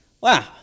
wow